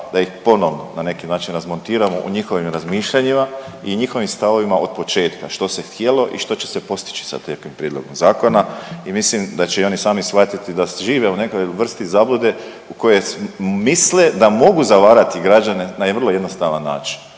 da ih ponovno na neki način razmontiramo u njihovim razmišljanjima i njihovim stavovima od početka što se htjelo i što će se postići sa takvim prijedlogom zakona i mislim da će i oni sami shvatiti da žive u nekoj vrsti zablude u kojoj misle da mogu zavarati građane na vrlo jednostavan način